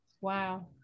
Wow